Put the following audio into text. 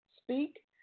speak